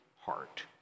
heart